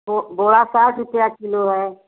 वह बोड़ा साठ रुपया किलो है